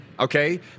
Okay